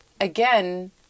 again